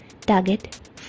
target